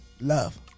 Love